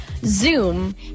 Zoom